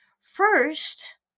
First